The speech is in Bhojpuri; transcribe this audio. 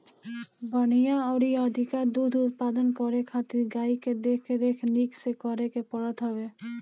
बढ़िया अउरी अधिका दूध उत्पादन करे खातिर गाई के देख रेख निक से करे के पड़त हवे